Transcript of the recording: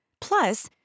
Plus